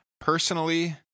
personally